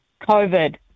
COVID